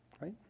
right